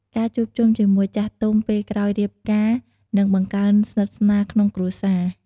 ការជួបជុំជាមួយចាស់ទុំពេលក្រោយរៀបការនឹងបង្កើនស្និទ្ធស្នាលក្នុងគ្រួសារ។